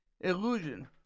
illusion